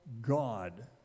God